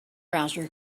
browser